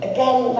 Again